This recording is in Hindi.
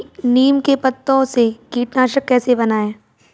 नीम के पत्तों से कीटनाशक कैसे बनाएँ?